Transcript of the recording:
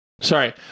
Sorry